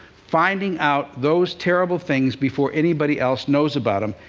finding out those terrible things before anybody else knows about them,